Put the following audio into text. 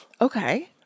Okay